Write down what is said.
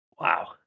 Wow